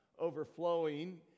overflowing